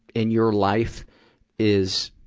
in your life is,